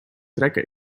trekken